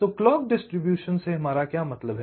तो clock distribution से क्या मतलब है